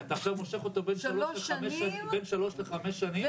אתה עכשיו מושך אותו בין שלוש לחמש שנים?